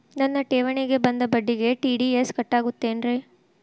ನನ್ನ ಠೇವಣಿಗೆ ಬಂದ ಬಡ್ಡಿಗೆ ಟಿ.ಡಿ.ಎಸ್ ಕಟ್ಟಾಗುತ್ತೇನ್ರೇ?